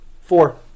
Four